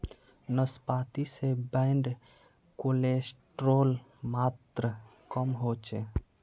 नाश्पाती से bad cholesterol मात्र कम होचे